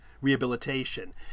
rehabilitation